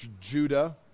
Judah